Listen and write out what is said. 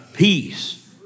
Peace